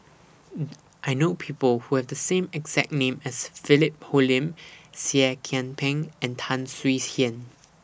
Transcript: I know People Who Have The exact name as Philip Hoalim Seah Kian Peng and Tan Swie Hian